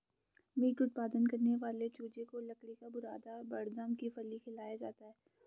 meet उत्पादन करने वाले चूजे को लकड़ी का बुरादा बड़दम की फली खिलाया जाता है